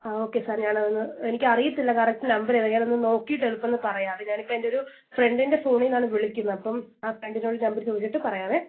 ആ okay sir ഞാൻ അതൊന്ന് എനിക്ക് അറിയില്ല കറക്റ്റ് നമ്പർ ഏതാണ് ഞാൻ ഒന്ന് നോക്കിയിട്ട് എളുപ്പമെന്ന് പറയാവേ ഞാനിപ്പം എന്റെ ഒരു ഫ്രണ്ടിന്റെ ഫോണിൽ നിന്നാണ് വിളിക്കുന്നത് അപ്പം ആ ഫ്രണ്ടിനോട് നമ്പർ ചോദിച്ചിട്ട് പറയാമേ